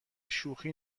شوخی